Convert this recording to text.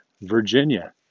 Virginia